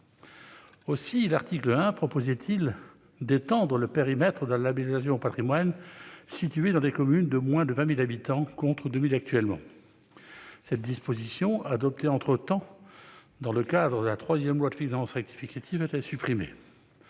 L'article 1 étendait le périmètre de la labellisation au patrimoine situé dans des communes de moins de 20 000 habitants, contre 2 000 actuellement. Cette disposition, adoptée entre-temps dans le cadre de la troisième loi de finances rectificative, a été supprimée.